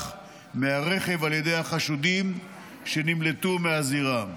מהרכב על ידי החשודים שנמלטו מהזירה.